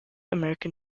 american